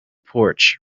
porch